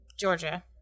Georgia